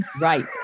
right